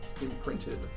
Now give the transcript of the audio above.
imprinted